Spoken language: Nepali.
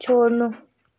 छोड्नु